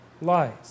lies